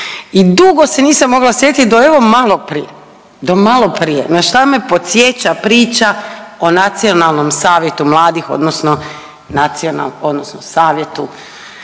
I dugo se nisam mogla sjetiti do evo malo prije, do malo prije na šta me podsjeća priča o Nacionalnom savjetu mladih odnosno Savjetu